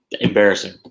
embarrassing